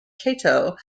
cato